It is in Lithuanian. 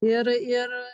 ir ir